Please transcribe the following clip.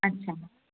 अच्छा